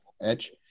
edge